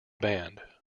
band